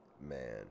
Man